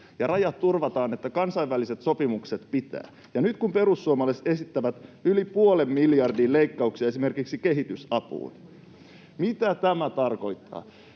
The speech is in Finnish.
rajat turvataan niin, että kansainväliset sopimukset pitävät. Nyt kun perussuomalaiset esittävät yli puolen miljardin leikkauksia esimerkiksi kehitysapuun, mitä tämä tarkoittaa?